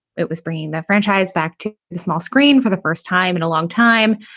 it was bringing that franchise back to the small screen for the first time in a long time.